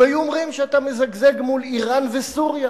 אם היו אומרים שאתה מזגזג מול אירן וסוריה,